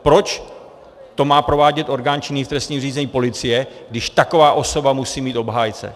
Proč to má provádět orgán činný v trestním řízení, policie, když taková osoba musí mít obhájce?